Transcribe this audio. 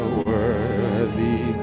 worthy